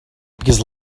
because